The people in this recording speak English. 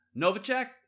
Novacek